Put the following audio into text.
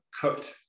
cooked